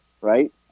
Right